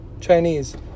Chinese